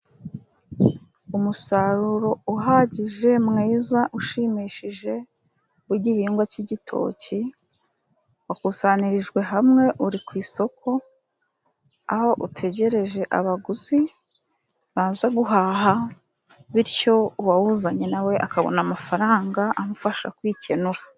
Umusaruro uhagije, mwiza ushimishije w'igihingwa cy'igitoki, wakusanirijwe hamwe, uri ku isoko, aho utegereje abaguzi baza guhaha, bityo uwawuzanye nawe akabona amafaranga amufasha kwikenura.